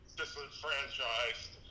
disenfranchised